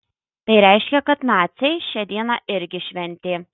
tai reiškia kad naciai šią dieną irgi šventė